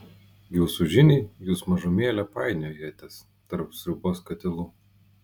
jūsų žiniai jūs mažumėlę painiojatės tarp sriubos katilų